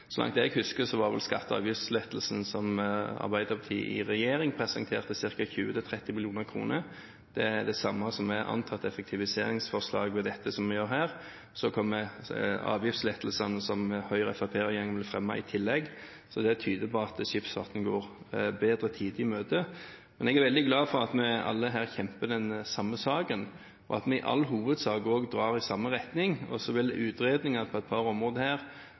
Så langt jeg husker, var vel skatte- og avgiftslettelsen som Arbeiderpartiet i regjering presenterte, på ca. 20–30 mill. kr. Det er det samme som den antatte effektiviseringen ved det som vi gjør her. Så kommer avgiftslettelsene som Høyre–Fremskrittsparti-regjeringen vil fremme, i tillegg. Det tyder på at skipsfarten går bedre tider i møte. Men jeg er veldig glad for at vi alle her kjemper den samme saken, og at vi i all hovedsak også drar i samme retning. Og så vil utredninger på et par områder her